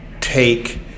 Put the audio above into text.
take